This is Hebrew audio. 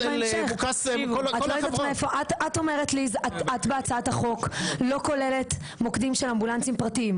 את בהצעת החוק לא כוללת מוקדים פרטיים של אמבולנסים,